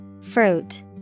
Fruit